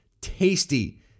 tasty